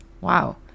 Wow